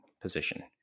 position